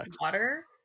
water